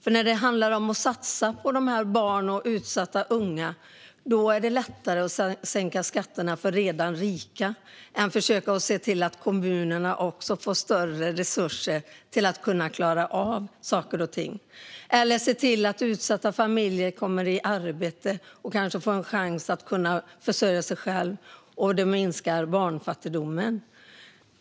Där sänker ni hellre skatterna för de redan rika än ger kommunerna större resurser för att hjälpa utsatta barn och unga eller för att se till att utsatta familjer kommer i arbete och får en chans att försörja sig själva och därigenom minska barnfattigdomen.